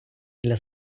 для